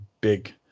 big